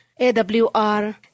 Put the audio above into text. AWR